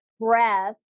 breath